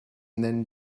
nennen